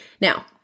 Now